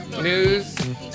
news